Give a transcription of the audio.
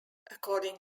according